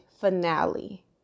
finale